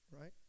right